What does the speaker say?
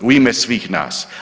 U ime svih nas.